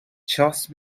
just